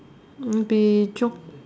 they jog